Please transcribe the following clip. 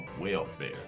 welfare